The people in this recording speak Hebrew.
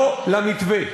לא למתווה.